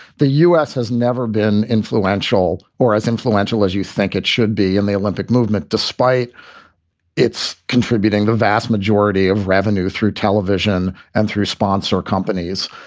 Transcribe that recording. the us has never been influential or as influential as you think it should be in the olympic movement, despite its contributing the vast majority of revenue through television and through sponsor companies.